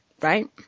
right